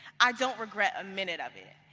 i don't regret minute of it.